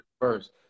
first